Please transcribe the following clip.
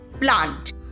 plant